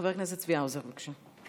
חבר הכנסת צבי האוזר, בבקשה,